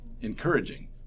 encouraging